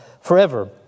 forever